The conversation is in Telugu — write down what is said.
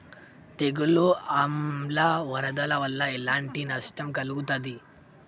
తెగులు ఆమ్ల వరదల వల్ల ఎలాంటి నష్టం కలుగుతది?